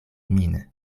min